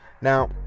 Now